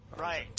Right